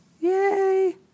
Yay